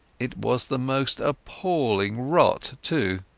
it was the most appalling rot, too.